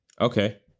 Okay